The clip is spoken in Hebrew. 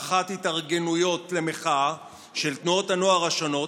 התארגנויות למחאה של תנועות הנוער השונות.